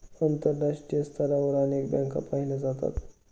आंतरराष्ट्रीय स्तरावर अनेक बँका पाहिल्या जातात